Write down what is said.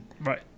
Right